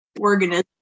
organism